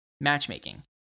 matchmaking